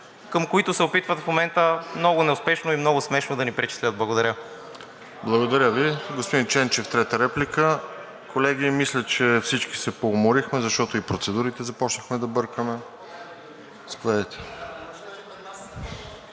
към които се опитват в момента много неуспешно и много смешно да ни причислят. Благодаря. ПРЕДСЕДАТЕЛ РОСЕН ЖЕЛЯЗКОВ: Благодаря Ви. Господин Ченчев – трета реплика. Колеги, мисля, че всички се поуморихме, защото и процедурите започнахме да бъркаме. Заповядайте.